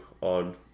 on